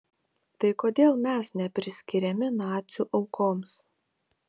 tai kodėl mes nepriskiriami nacių aukoms